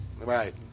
Right